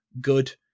good